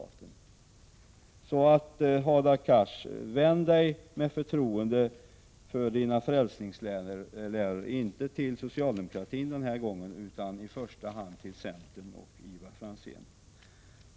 Därför tycker jag inte att Hadar Cars med förtroende skall vända sig till socialdemokratin med sina frälsningsläror utan i första hand till centern och Ivar Franzén.